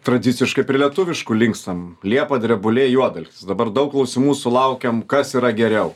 tradiciškai prie lietuviškų linkstam liepa drebulė juodalksnis dabar daug klausimų sulaukiam kas yra geriau